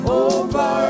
over